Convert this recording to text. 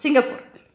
Singapore